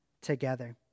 together